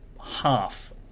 half